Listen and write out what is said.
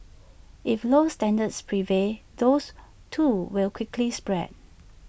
if low standards prevail those too will quickly spread